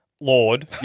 Lord